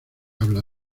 habla